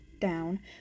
down